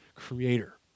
creator